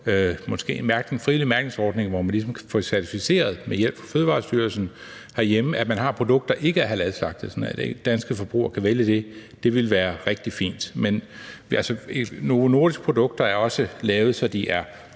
måske frivillig mærkningsordning, hvor man ligesom kan få certificeret med hjælp fra Fødevarestyrelsen herhjemme, altså at man har produkter, der ikke er halalslagtet, så danske forbrugere kan vælge det, ville være rigtig fint. Produkter fra Novo Nordisk er også lavet, så de er